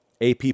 AP